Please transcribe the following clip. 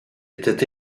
était